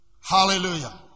Hallelujah